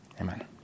Amen